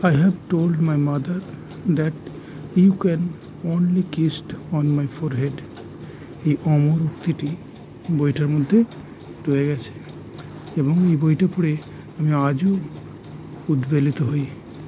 I have told my mother that you can only kiss on my forehead এই অমর উক্তিটি বইটার মধ্যে রয়ে গেছে এবং এই বইটা পড়ে আমি আজও উদ্বেলিত হই